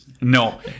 No